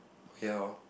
oh ya hor